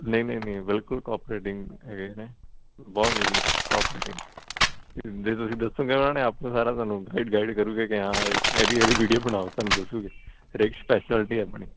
ਨਹੀਂ ਨਹੀਂ ਨਹੀਂ ਬਿਲਕੁਲ ਕੋਪਰੇਟਿੰਗ ਹੈਗੇ ਨੇ ਬਹੁਤ ਵਧੀਆ ਕੋਪਰੇਟਿੰਗ ਜੇ ਤੁਸੀਂ ਦੱਸੋਗੇ ਉਹਨਾਂ ਨੇ ਆਪੇ ਸਾਰਾ ਤੁਹਾਨੂੰ ਗਾਈਡ ਗਾਈਡ ਕਰੂਗੇ ਕਿ ਹਾਂ ਇਹਦੀ ਇਹਦੀ ਵੀਡੀਓ ਬਣਾਓ ਤੁਹਾਨੂੰ ਦੱਸੂਗੇ ਹਰੇਕ ਸਪੈਸ਼ਲਟੀ ਆਪਣੀ